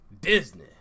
Disney